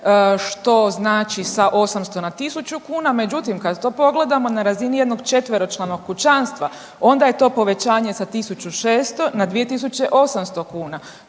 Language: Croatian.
što znači sa 800 na 1000 kuna, međutim, kad to pogledamo na razini jednog četveročlanog kućanstva, onda je to povećanje za 1600 na 2800 kuna,